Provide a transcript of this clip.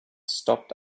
stopped